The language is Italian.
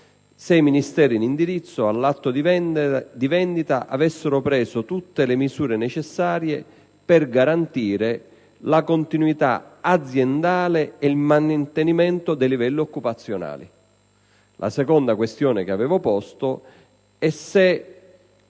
se i Ministri in indirizzo, all'atto della vendita, avessero preso tutte le misure necessarie per garantire la continuità aziendale e il mantenimento dei livelli occupazionali. Il secondo è se il Governo intenda